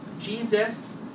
Jesus